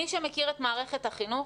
מי שמכיר את מערכת החינוך